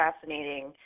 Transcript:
fascinating